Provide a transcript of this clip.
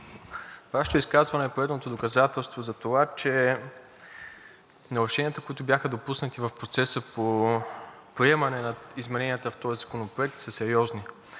Вашето изказване е поредното доказателство за това, че нарушенията, които бяха допуснати в процеса по приемане на измененията в този законопроект, са сериозни.